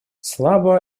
слабо